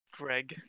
Greg